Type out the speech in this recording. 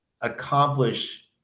accomplish